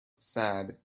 sad